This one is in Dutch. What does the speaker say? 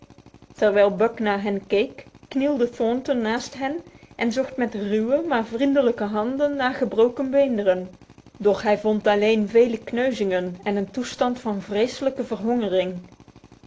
terwijl buck naar hen keek knielde thornton naast hem en zocht met ruwe maar vriendelijke handen naar gebroken beenderen doch hij vond alleen vele kneuzingen en een toestand van vreselijke verhongering